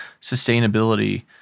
sustainability